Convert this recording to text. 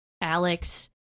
Alex